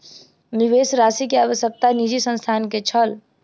निवेश राशि के आवश्यकता निजी संस्थान के छल